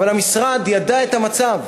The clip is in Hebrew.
אבל המשרד ידע את המצב,